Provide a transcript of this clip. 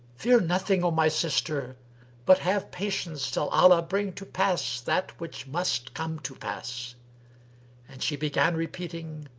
fear nothing, o my sister but have patience till allah bring to pass that which must come to pass and she began repeating,